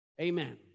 Amen